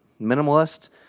minimalist